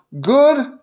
good